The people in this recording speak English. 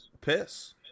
piss